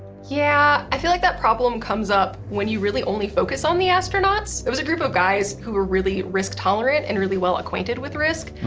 yeah. i feel like that problem comes up when you really only focus on the astronauts. there was a group of guys who were really risk tolerant and really well acquainted with risk.